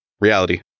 reality